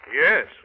Yes